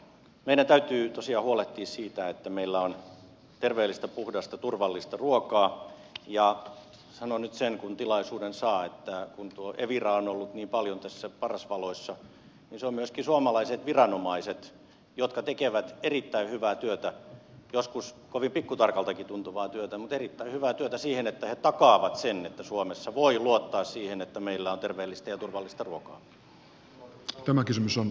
meidän täytyy tosiaan huolehtia siitä että meillä on terveellistä puhdasta turvallista ruokaa ja sanon nyt sen kun tilaisuuden saa että kun tuo evira on ollut niin paljon tässä parrasvaloissa niin se on myöskin suomalaiset viranomaiset jotka tekevät erittäin hyvää työtä joskus kovin pikkutarkaltakin tuntuvaa työtä mutta erittäin hyvää työtä siihen että he takaavat sen että suomessa voi luottaa siihen että meillä on terveellistä ja turvallista ruokaa